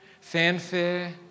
fanfare